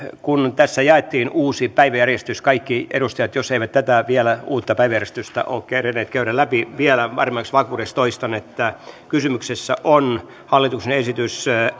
kun tässä jaettiin uusi päiväjärjestys että kaikki edustajat eivät vielä tätä uutta päiväjärjestystä ole kerinneet käydä läpi vielä varmemmaksi vakuudeksi toistan että kysymyksessä on hallituksen esitys